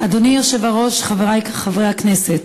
אדוני היושב-ראש, חברי חברי הכנסת,